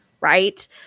right